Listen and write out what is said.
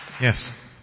Yes